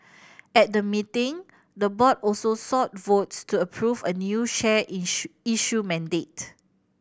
at the meeting the board also sought votes to approve a new share issue mandate